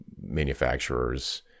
manufacturers